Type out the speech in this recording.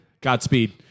Godspeed